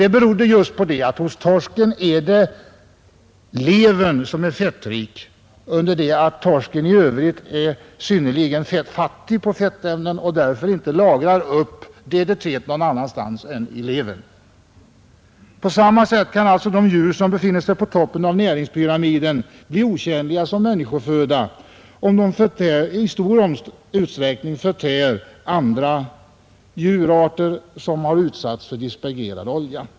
Detta berodde på att det hos torsken är just levern som är fettrik, under det att torsken i övrigt är synnerligen fettfattig och därför inte lagrar DDT någon annanstans än i levern. På samma sätt kan alltså djur som befinner sig på toppen av näringspyramiden bli otjänliga såsom människoföda, om de i stor utsträckning förtär andra djurarter som har utsatts för dispergerad olja.